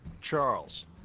Charles